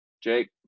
Jake